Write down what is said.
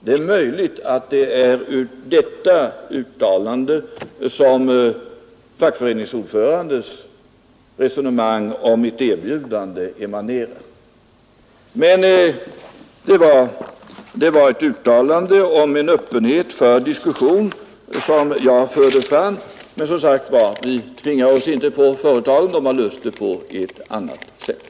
Det kan vara ur detta uttalande som fackföreningsordförandens resonemang om ett erbjudande emanerar. Men vad jag förde fram var ett uttalande om en öppenhet för diskussion. Vi tvingar oss inte på företag, och företaget har nu löst frågan på ett annat sätt.